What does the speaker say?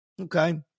Okay